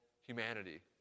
humanity